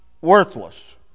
worthless